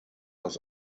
aus